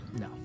No